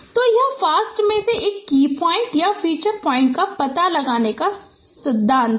तो यह फ़ास्ट में एक की पॉइंट या फीचर पॉइंट का पता लगाने का सिद्धांत है